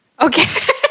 Okay